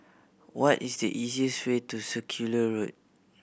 what is the easiest way to Circular Road